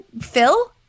Phil